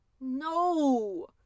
No